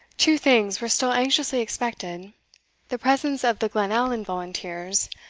two things were still anxiously expected the presence of the glenallan volunteers,